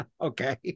Okay